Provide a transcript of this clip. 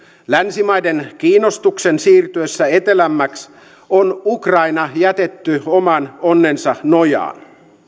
länsimaiden kiinnostuksen siirtyessä etelämmäksi on ukraina jätetty oman onnensa nojaan